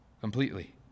completely